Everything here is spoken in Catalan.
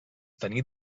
tenir